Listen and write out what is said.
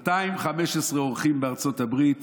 215 אורחים בארצות הברית